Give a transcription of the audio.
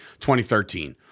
2013